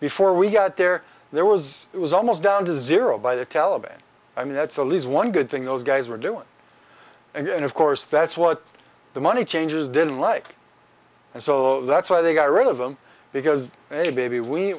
before we got there there was it was almost down to zero by the taliban i mean that's a least one good thing those guys were doing and then of course that's what the money changes didn't like and so that's why they got rid of them because hey baby we